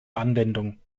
anwendung